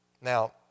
Now